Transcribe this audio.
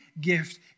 gift